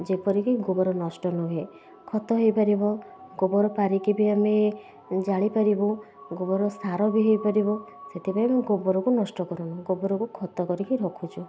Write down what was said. ଯେପରିକି ଗୋବର ନଷ୍ଟ ନ ହୁଏ ଖତ ହେଇପାରିବ ଗୋବର ପାରିକି ବି ଆମେ ଜାଳିପାରିବୁ ଗୋବର ସାର ବି ହେଇପାରିବ ସେଥିପାଇଁ ମୁଁ ଗୋବରକୁ ନଷ୍ଟ କରୁନୁ ଗୋବରକୁ ଖତ କରିକି ରଖୁଛୁ